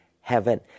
heaven